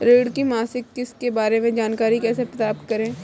ऋण की मासिक किस्त के बारे में जानकारी कैसे प्राप्त करें?